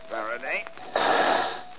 Faraday